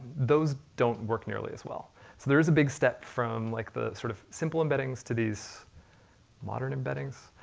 those don't work nearly as well. so there is a big step from, like the sort of simple embeddings to these modern embeddings,